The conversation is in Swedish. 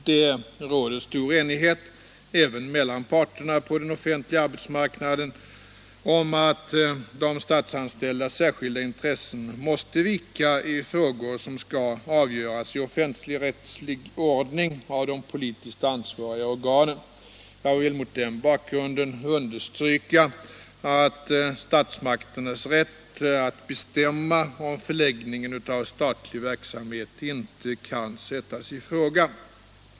Det rådor stor enighet — även mellan parterna på den offentliga arbetsmarknaden — om att de statsanställdas särskilda intressen måste vika i frågor som skall avgöras i offentligrättslig ordning av de politiskt ansvariga organen. Jag vill mot denna bakgrund understryka att statsmakternas rätt att bestämma om förläggningen av statlig verksamhet inte kan sättas i fråga.